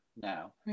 now